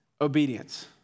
obedience